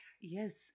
Yes